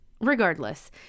regardless